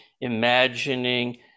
imagining